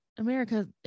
America